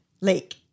lake